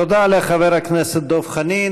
תודה לחבר הכנסת דב חנין.